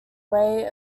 weigh